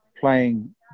playing